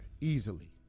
Easily